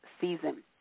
season